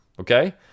okay